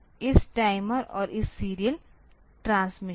इस टाइमर और इस सीरियल ट्रांसमिशन